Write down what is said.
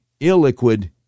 illiquid